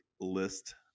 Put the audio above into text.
list